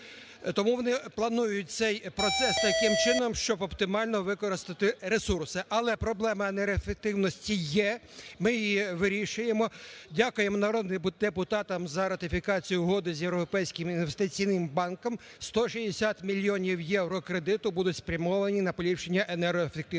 тому вони планують цей процес таким чином, щоб оптимально використати ресурси, але проблема енергоефективності є, ми її вирішуємо. Дякуємо народним депутатам за ратифікацію Угоду з Європейським інвестиційним банком, 160 мільйонів євро кредиту будуть спрямовані на поліпшення енергоефективності.